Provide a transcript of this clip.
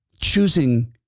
choosing